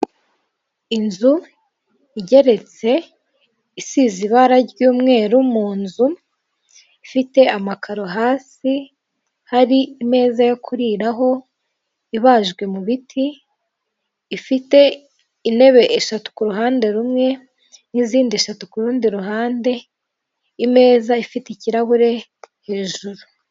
Inzu igeretse isize ibara ry'umweru mu nzu, ifite amakaro hasi, hari imeza yo kuriraho ibajwe mu biti, ifite intebe eshatu ku ruhande rumwe, n'izindi eshatu ku rundi ruhande, imeza ifite ikirahure hejuru.